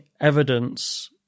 evidence